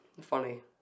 funny